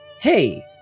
Hey